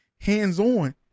hands-on